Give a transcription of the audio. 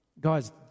Guys